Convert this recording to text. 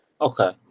Okay